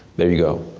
there you go.